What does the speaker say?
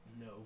No